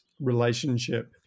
relationship